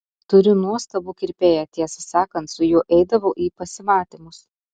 turiu nuostabų kirpėją tiesą sakant su juo eidavau į pasimatymus